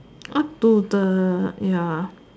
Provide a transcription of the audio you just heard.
all to the ya